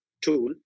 tool